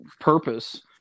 purpose